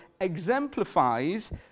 exemplifies